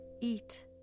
eat